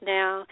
now